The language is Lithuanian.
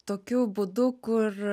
tokiu būdu kur